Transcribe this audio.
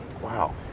Wow